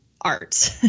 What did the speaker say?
art